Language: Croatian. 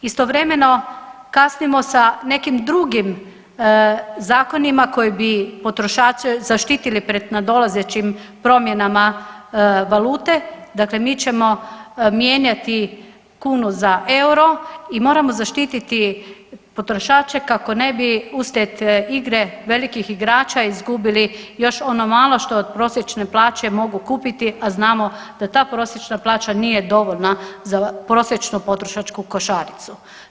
Istovremeno, kasnimo sa nekim drugim zakonima koji bi potrošače zaštitili pred nadolazećim promjenama valute, dakle mi ćemo mijenjati kunu za euro i moramo zaštititi potrošače kako ne bi uslijed igre velikih igrača izgubili još ono malo što od prosječne plaće mogu kupiti, a znamo da ta prosječna plaća nije dovoljna za prosječnu potrošačku košaricu.